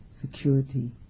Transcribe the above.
security